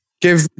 give